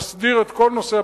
שמסדיר את כל נושא הפיצויים.